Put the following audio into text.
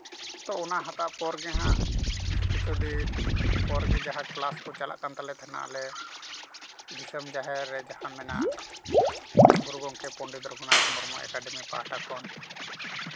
ᱛᱚ ᱚᱱᱟ ᱦᱟᱛᱟᱣ ᱯᱚᱨ ᱜᱮ ᱦᱟᱜ ᱠᱤᱪᱷᱩ ᱫᱤᱱ ᱯᱚᱨ ᱜᱮ ᱡᱟᱦᱟᱸ ᱠᱞᱟᱥ ᱠᱚ ᱪᱟᱞᱟᱜ ᱠᱟᱱ ᱛᱟᱦᱮᱸ ᱠᱟᱱᱟ ᱚᱸᱰᱮ ᱫᱤᱥᱚᱢ ᱡᱟᱦᱮᱨ ᱨᱮ ᱡᱟᱦᱟ ᱢᱮᱱᱟᱜ ᱜᱩᱨᱩ ᱜᱚᱢᱠᱮ ᱯᱚᱱᱰᱤᱛ ᱨᱟᱹᱜᱷᱩᱱᱟᱛᱷ ᱢᱩᱨᱢᱩ ᱮᱠᱟᱰᱮᱢᱤ ᱯᱟᱦᱴᱟ ᱠᱷᱚᱱ